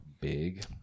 big